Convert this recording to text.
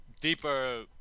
deeper